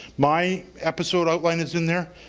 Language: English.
my episode outline is in there.